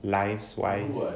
lives wise